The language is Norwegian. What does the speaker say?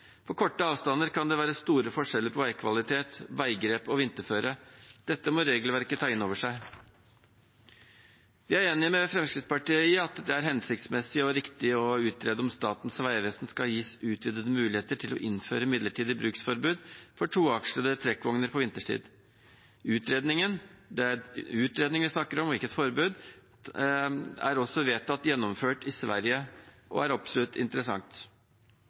På korte avstander kan det være store forskjeller på veikvalitet, veigrep og vinterføre. Dette må regelverket ta innover seg. Vi er enig med Fremskrittspartiet i at det er hensiktsmessig og riktig å utrede om Statens vegvesen skal gis utvidede muligheter til å innføre midlertidig bruksforbud for toakslede trekkvogner på vinterstid. Utredningen – det er utredningen vi snakker om, ikke et forbud – er også vedtatt gjennomført i Sverige og er absolutt interessant.